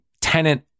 tenant